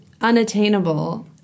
unattainable